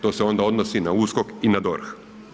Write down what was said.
To se onda odnosi i na USKOK i na DORH.